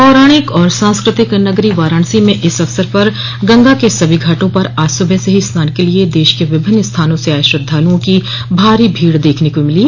पौराणिक और सांस्कृतिक नगरी वाराणसी में इस अवसर पर गंगा के सभी घाटों पर आज सुबह से ही स्नान के लिए देश के विभिन्न स्थानों से आये श्रद्धालुओं की भारी भीड़ देखने को मिली